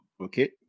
Okay